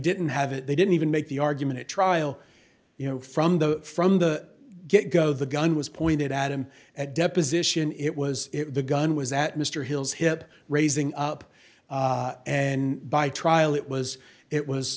have it they didn't even make the argument at trial you know from the from the get go the gun was pointed at him at deposition it was the gun was at mr hill's hip raising up and by trial it was it was